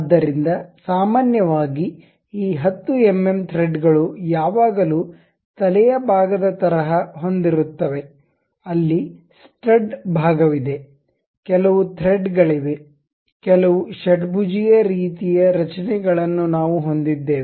ಆದ್ದರಿಂದ ಸಾಮಾನ್ಯವಾಗಿ ಈ 10 ಎಂಎಂ ಥ್ರೆಡ್ಗಳು ಯಾವಾಗಲೂ ತಲೆಯ ಭಾಗದ ತರಹ ಹೊಂದಿರುತ್ತವೆ ಅಲ್ಲಿ ಸ್ಟಡ್ ಭಾಗವಿದೆ ಕೆಲವು ಥ್ರೆಡ್ಗಳಿವೆ ಕೆಲವು ಷಡ್ಭುಜೀಯ ರೀತಿಯ ರಚನೆಗಳನ್ನು ನಾವು ಹೊಂದಿದ್ದೇವೆ